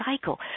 cycle